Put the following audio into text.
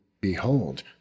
behold